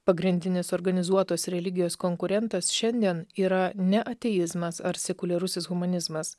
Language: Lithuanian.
pagrindinis organizuotos religijos konkurentas šiandien yra ne ateizmas ar sekuliarusis humanizmas